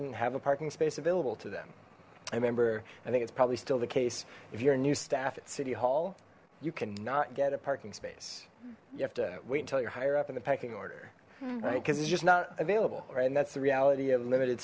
and have a parking space available to them i remember i think it's probably still the case if you're a new staff at city hall you cannot get a parking space you have to wait until you're higher up in the pecking order right because it's just not available all right and that's the reality of limited